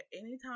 anytime